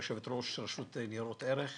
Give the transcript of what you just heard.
יושבת-ראש רשות ניירות ערך.